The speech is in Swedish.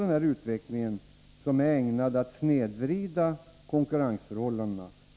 den här utvecklingen, som är ägnad att snedvrida konkurrensförhållandena.